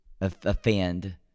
offend